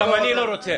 גם אני לא רוצה,